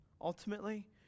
Ultimately